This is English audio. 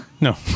No